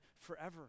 forever